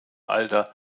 alter